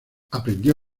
aprendió